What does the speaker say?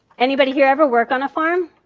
anybody here ever worked on a farm?